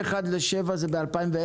מ-2010 זה עלה מהגרלה אחת לשבע הגרלות ביום,